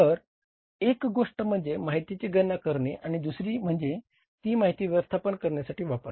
तर एक गोष्ट म्हणजे माहितीची गणना करणे आणि दुसरे म्हणजे ती माहिती व्यवस्थापन निर्णयासाठी वापरणे